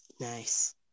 nice